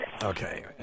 Okay